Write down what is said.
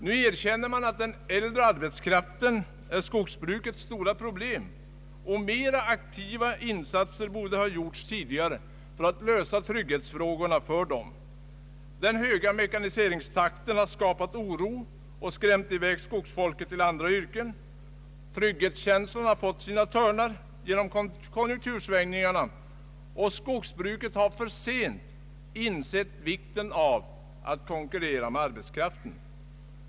Nu erkänner man att den äldre arbetskraften är skogsbrukets stora problem och att mera aktiva insatser borde ha gjorts tidigare för att lösa trygghetsproblemen för den. Den höga mekaniseringstakten har skapat oro och skrämt i väg skogsfolket till andra yrken. Trygghetskänslan har fått sina törnar genom konjunktursvängningarna, och skogsbruket har alltför sent insett vikten av att konkurrera om arbetskraften.